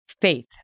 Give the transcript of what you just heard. faith